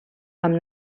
amb